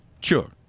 Sure